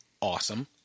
Awesome